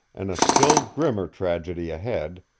and a still grimmer tragedy ahead,